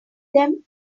them